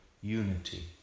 unity